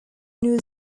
new